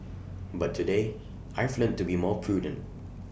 but today I've learnt to be more prudent